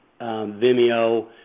Vimeo